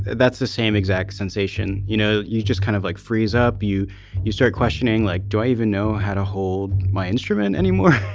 that's the same exact sensation you know you just kind of like freeze up you you start questioning like don't even know how to hold my instrument anymore